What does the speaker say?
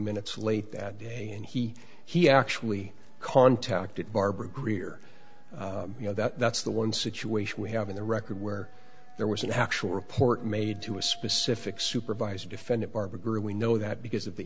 minutes late that day and he he actually contacted barbara greer you know that's the one situation we have in the record where there was an actual report made to a specific supervisor defendant marburger we know that because of the